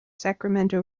sacramento